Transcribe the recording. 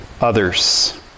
others